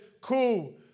cool